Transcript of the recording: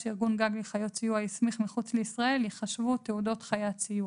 שארגון-גג לחיות סיוע הסמיך מחוץ לישראל ייחשבו תעודות חיית סיוע.